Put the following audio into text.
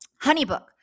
HoneyBook